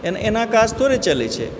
एना काज थोड़े चलै छै